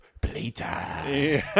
playtime